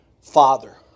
father